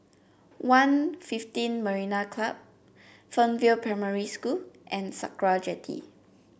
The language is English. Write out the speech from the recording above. one fifteen Marina Club Fernvale Primary School and Sakra Jetty